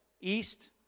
East